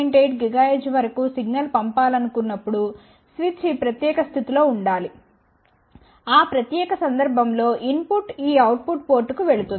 8 GHz వరకు signal పంపాలనుకున్నప్పుడు switch ఈ ప్రత్యేక స్థితిలో ఉండాలి ఆ ప్రత్యేక సందర్భం లో ఇన్పుట్ ఈ అవుట్ పుట్ పోర్టుకు వెళుతుంది